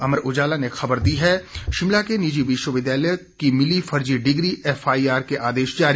अमर उजाला ने खबर दी है शिमला के निजी विश्वविद्यालय की मिली फर्जी डिग्री एफआईआर के आदेश जारी